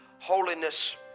holiness